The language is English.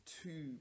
two